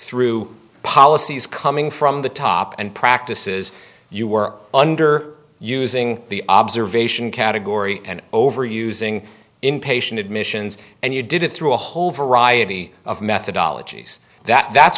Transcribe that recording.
through policies coming from the top and practices you were under using the observation category and over using inpatient admissions and you did it through a whole variety of methodology that that's